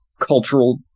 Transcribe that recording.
cultural